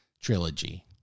trilogy